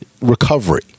recovery